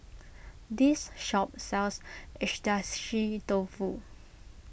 this shop sells Agedashi Dofu